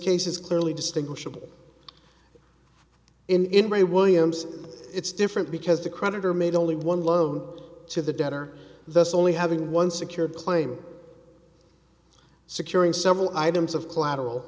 case is clearly distinguishable in ray williams it's different because the creditor made only one loan to the debtor thus only having one secured claim securing several items of collateral